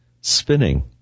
spinning